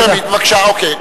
שמית, בבקשה, אוקיי.